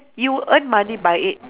you earn money by it